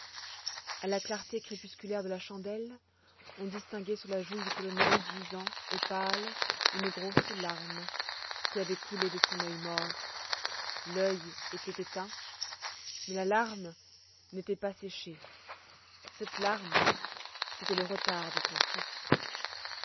à la clarté crépusculaire de la chandelle on distinguait sur la joue du colonel gisant et pâle une grosse larme qui avait coulé de son oeil mort l'oeil était éteint mais la larme n'était pas séchée cette larme c'était le retard de son fils